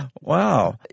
Wow